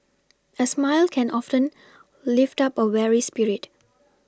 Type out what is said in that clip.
a smile can often lift up a weary spirit